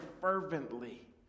fervently